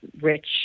rich